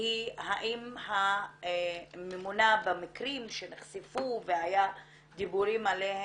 היא האם הממונה במקרים שנחשפו והיה דיבורים עליהם,